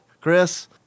Chris